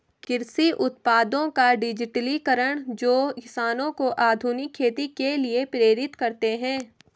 कृषि उत्पादों का डिजिटलीकरण जो किसानों को आधुनिक खेती के लिए प्रेरित करते है